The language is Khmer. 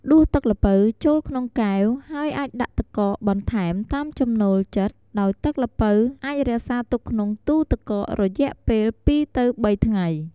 ដួសទឹកល្ពៅចូលក្នុងកែវ ហើយអាចដាក់ទឹកកកបន្ថែមតាមចំណូលចិត្ត ដោយទឹកល្ពៅអាចរក្សាទុកក្នុងទូទឹកកករយៈពេល ២-៣ ថ្ងៃ។